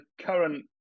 current